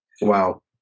Wow